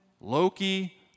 Loki